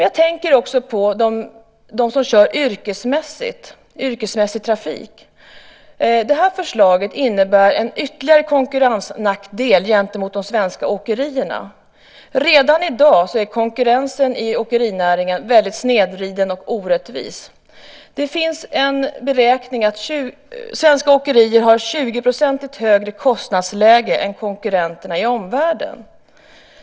Jag tänker också på dem som kör i yrkesmässig trafik. Det här förslaget innebär en ytterligare konkurrensnackdel för de svenska åkerierna. Redan i dag är konkurrensen i åkerinäringen väldigt snedvriden och orättvis. Det finns en beräkning som visar att svenska åkerier har 20 % högre kostnadsläge än konkurrenterna i omvärlden.